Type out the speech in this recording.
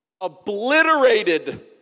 obliterated